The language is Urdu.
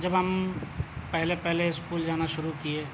جب ہم پہلے پہلے اسکول جانا شروع کیے